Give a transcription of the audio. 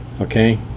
okay